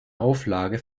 auflage